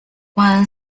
one